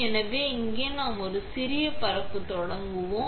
எனவே இங்கே நாம் ஒரு சிறிய பரப்பி தொடங்குவோம்